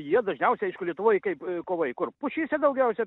jie dažniausiai aišku lietuvoj kaip kovai kur pušyse daugiausia